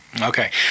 Okay